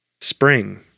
Spring